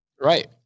Right